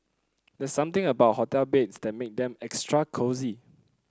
there's something about hotel beds that make them extra cosy